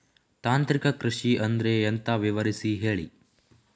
ತಾಂತ್ರಿಕ ಕೃಷಿ ಅಂದ್ರೆ ಎಂತ ವಿವರಿಸಿ ಹೇಳಿ